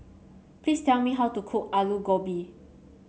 please tell me how to cook Alu Gobi